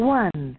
one